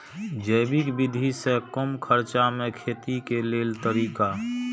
जैविक विधि से कम खर्चा में खेती के लेल तरीका?